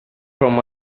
from